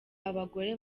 abagore